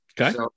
Okay